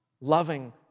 Loving